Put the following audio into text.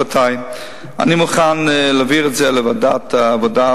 רבותי: אני מוכן להביא את זה לוועדת העבודה,